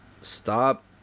Stop